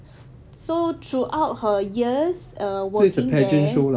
s~ so throughout her years err working there